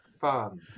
fun